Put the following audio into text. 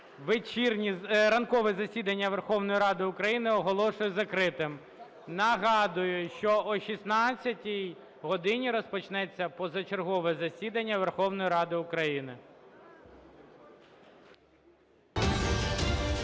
Ранкове засідання Верховної Ради України оголошую закритим. Нагадую, що о 16 годині розпочнеться позачергове засідання Верховної Ради України.